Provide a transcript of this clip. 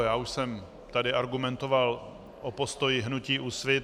Já už jsem tady argumentoval o postoji hnutí Úsvit.